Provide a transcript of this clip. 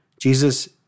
Jesus